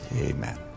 Amen